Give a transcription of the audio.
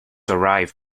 arrive